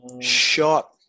shot